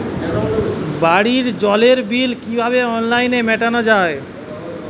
বাড়ির জলের বিল কিভাবে অনলাইনে মেটানো যায়?